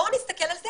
בואו נסתכל על זה